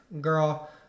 Girl